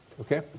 Okay